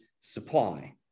supply